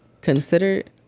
considered